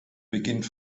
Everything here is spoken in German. beginnt